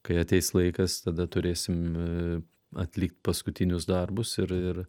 kai ateis laikas tada turėsim atlikt paskutinius darbus ir ir